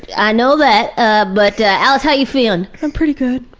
i know that, ah but ah, alice, how are you feeling? i'm pretty good.